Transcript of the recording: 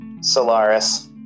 Solaris